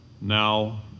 now